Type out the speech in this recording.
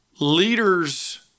leaders